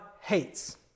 hates